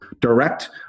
direct